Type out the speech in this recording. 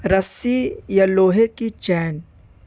رسی یا لوہے کی چین